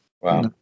Wow